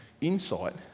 insight